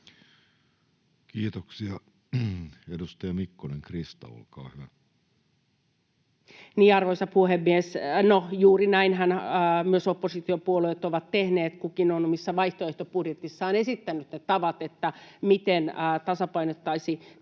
Kiitoksia. — Edustaja Mikkonen, Krista, olkaa hyvä. Arvoisa puhemies! No, juuri näinhän myös oppositiopuolueet ovat tehneet. Kukin on omassa vaihtoehtobudjetissaan esittänyt ne tavat, miten tasapainottaisi